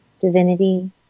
divinity